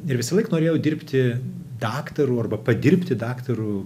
ir visąlaik norėjau dirbti daktaru arba padirbti daktaru